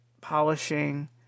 polishing